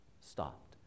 stopped